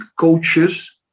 coaches